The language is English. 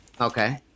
okay